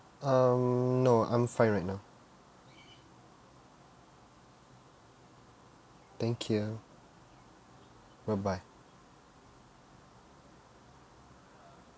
um no I'm fine right now thank you bye bye